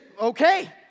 okay